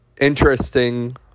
interesting